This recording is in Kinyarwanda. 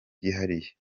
byihariye